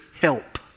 help